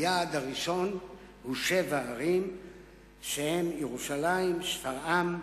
היעד הראשון הוא שבע ערים שהן ירושלים, שפרעם,